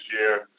year